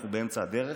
אנחנו באמצע הדרך.